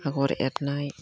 आगर एरनाय